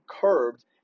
curbed